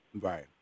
Right